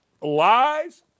lies